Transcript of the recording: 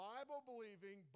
Bible-believing